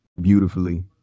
beautifully